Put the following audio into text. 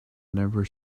never